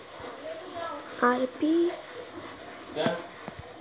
RBI ना Unity SFB खाजगी क्षेत्रातला बँक पी.एम.सी चा कामकाज ताब्यात घेऊन सांगितला